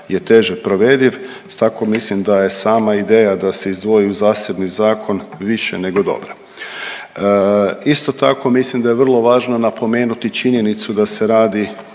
je teže provediv, tako mislim da je sama ideja da se izdvoji u zasebni zakon više nego dobra. Isto tako, mislim da je vrlo važno napomenuti činjenicu da se radi